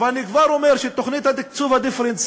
אבל אני כבר אומר שתוכנית התקצוב הדיפרנציאלי